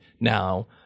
now